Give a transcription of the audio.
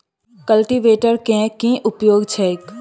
Cultivator केँ की उपयोग छैक?